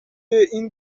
این